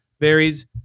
varies